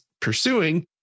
pursuing